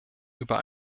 über